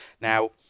Now